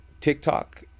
TikTok